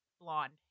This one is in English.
blonde